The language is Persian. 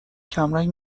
کمرنگ